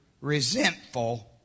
resentful